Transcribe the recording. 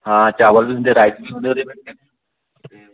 ਹਾਂ ਚਾਵਲ ਦਿੰਦੇ ਰਾਈਸ ਵੀ ਹੁੰਦੇ ਉਹਦੇ ਵਿੱਚ